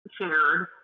shared